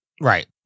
Right